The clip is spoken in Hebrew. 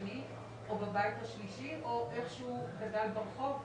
השני או בבית השלישי או איך שהוא גדל ברחוב.